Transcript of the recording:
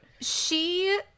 She-